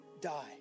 die